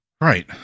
Right